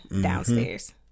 downstairs